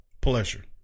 pleasure